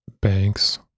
banks